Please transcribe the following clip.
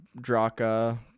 draka